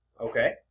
Okay